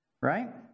right